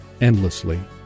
endlessly